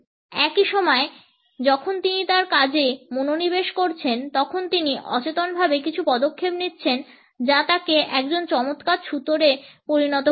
একই সময়ে যখন তিনি তার কাজে মনোনিবেশ করছেন তখন তিনি অচেতনভাবে কিছু পদক্ষেপ নিচ্ছেন যা তাকে একজন চমৎকার ছুতোরে পরিণত করবে